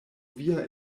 via